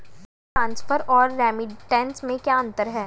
Fund transfer और remittance में क्या अंतर है?